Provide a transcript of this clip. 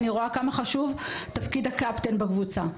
אני רואה כמה חשוב תפקיד הקפטן בקבוצה,